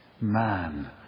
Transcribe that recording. Man